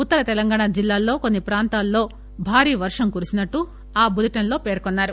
ఉత్తర తెలంగాణ జిల్లాల్లో కొన్ని ప్రాంతాల్లో భారీ వర్షం కురిసినట్టు ఆ బులెటిన్ లో పేర్కొన్నారు